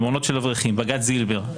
בג"צ זילבר.